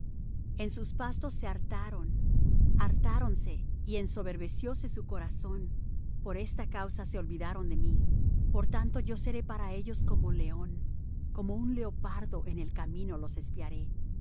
en sus pastos se hartaron hartáronse y ensoberbecióse su corazón por esta causa se olvidaron de mí por tanto yo seré para ellos como león como un leopardo en el camino los espiaré